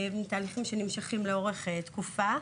אלה תהליכים שנמשכים לאורך תקופה,